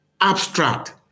abstract